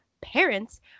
parents